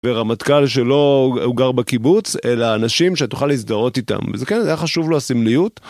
ורמטכל שלא הוא גר בקיבוץ, אלא אנשים שתוכל להזדהות איתם, וזה כן, זה היה חשוב לו הסמליות.